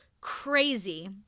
crazy